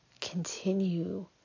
continue